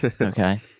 Okay